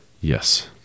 Yes